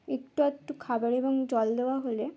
একটু আধটু খাবার এবং জল দেওয়া হলে